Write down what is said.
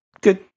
Good